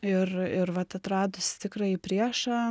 ir ir vat atradusi tikrąjį priešą